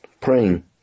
praying